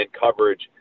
coverage